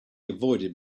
avoided